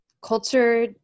culture